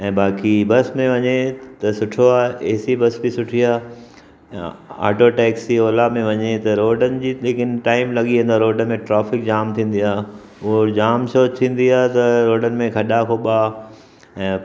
ऐं बाक़ी बस में वञे त सुठो आहे एसी बस बि सुठी आहे आटो टैक्सी ओला में वञे त रोडनि जी लेकिन टाइम लॻी वेंदो आहे रोड में ट्रेफिक जाम थींदी आहे पोइ जाम सोचींदी आहे त रोड में खॾा खोबा ऐं